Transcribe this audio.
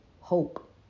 hope